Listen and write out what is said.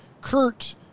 Kurt